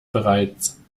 bereits